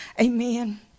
Amen